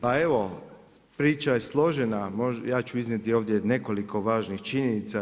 Pa evo, priča je složena, ja ću iznijeti ovdje nekoliko važnih činjenica.